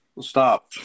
Stop